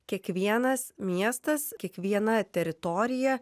kiekvienas miestas kiekviena teritorija